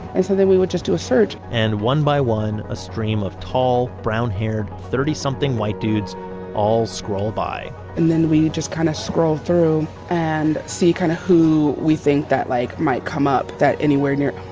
and so then we would just do a search. and one by one a stream of tall brown-haired, thirty something white dudes all scroll by and then we just kind of scroll through and see kind of who we think that like might come up that's anywhere near.